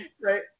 Right